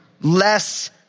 less